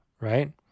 right